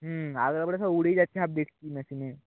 হুম আর সব উড়েই যাচ্ছে মেশিনে